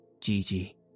Gigi